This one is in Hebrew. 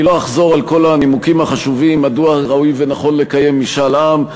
אני לא אחזור על כל הנימוקים החשובים מדוע ראוי ונכון לקיים משאל עם.